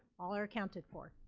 all are accounted for.